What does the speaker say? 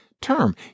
term